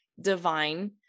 divine